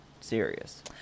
serious